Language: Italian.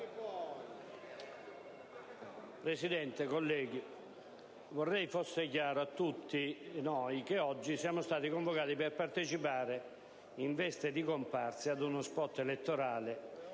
Presidente, colleghi, vorrei fosse chiaro a tutti che oggi siamo stati convocati per partecipare, in veste di comparse, ad uno *spot* elettorale,